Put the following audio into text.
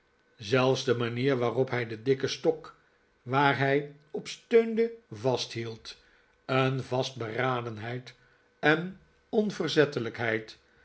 zelfs de manier waarop hij den dikken stok waar hij op steunde vasthield een vastberadenheid en onverzettelijkheid